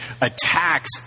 attacks